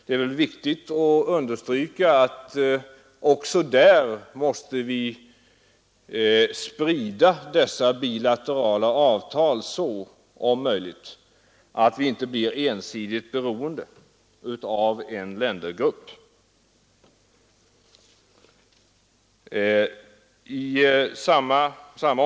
Det är viktigt att understryka att vi om möjligt bör sprida dessa bilaterala avtal så att vi inte blir ensidigt beroende av ett fåtal länder eller en ländergrupp.